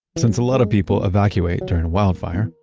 since a lot of people evacuate during a wildfire,